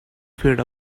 feet